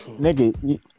nigga